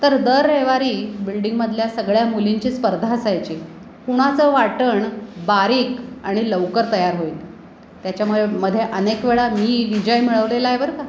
तर दर रविवारी बिल्डिंगमधल्या सगळ्या मुलींची स्पर्धा असायची कुणाचं वाटण बारीक आणि लवकर तयार होईल त्याच्यामुळे मध्ये अनेक वेळा मी विजय मिळवलेला आहे बरं का